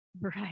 right